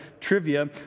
trivia